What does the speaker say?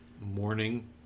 morning